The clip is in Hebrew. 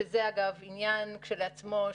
שזה אגב עניין שצריך